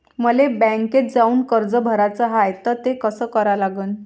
मले बँकेत जाऊन कर्ज भराच हाय त ते कस करा लागन?